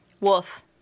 Wolf